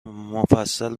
مفصل